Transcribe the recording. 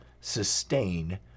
sustain